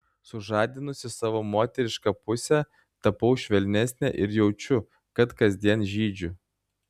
sužadinusi savo moterišką pusę tapau švelnesnė ir jaučiu kad kasdien žydžiu